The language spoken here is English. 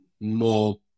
more